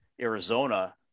Arizona